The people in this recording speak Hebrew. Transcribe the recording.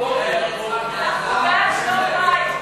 הבוקר, הבוקר, אנחנו בעד שלום בית.